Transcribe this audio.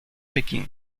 pekín